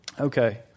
Okay